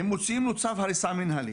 הם מוציאים לו צו הריסה מינהלי.